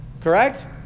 correct